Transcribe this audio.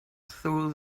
through